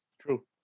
true